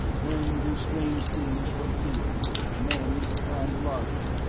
men do strange things from fear men and lhari.